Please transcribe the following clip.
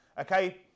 Okay